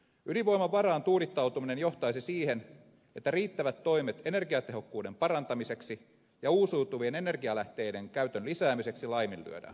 ydinvoiman varaan tuudittautuminen johtaisi siihen että riittävät toimet energiatehokkuuden parantamiseksi ja uusiutuvien energialähteiden käytön lisäämiseksi laiminlyödään